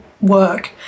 work